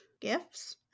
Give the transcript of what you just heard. gifts